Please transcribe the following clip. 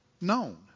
known